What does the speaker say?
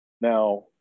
Now